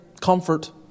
comfort